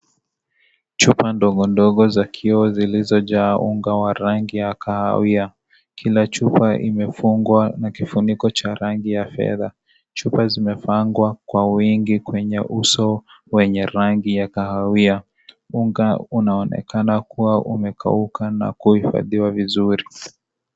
Chupa ndogo ndogo za kioo zilizojaa unga wa rangi kahawia. Kila chupa imefungwa na kifuniko cha rangi ya fedha. Chupa zimepangwa kwa wingi kwenye uso wenye rangi ya kahawia. Unga unaonekana kuwa umekauka na kuhifadhiwa vizuri.